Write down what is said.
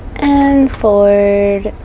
and forward,